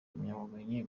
impamyabumenyi